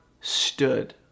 stood